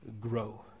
grow